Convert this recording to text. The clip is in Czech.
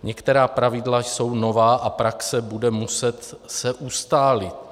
Některá pravidla jsou nová a praxe se bude muset ustálit.